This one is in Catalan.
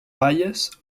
falles